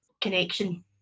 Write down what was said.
connection